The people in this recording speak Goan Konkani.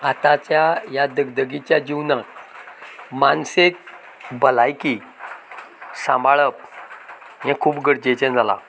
आताच्या ह्या धगधगीच्या जिवनांत मानसीक भलायकी सांबाळप हे खूब गरजेचे जालां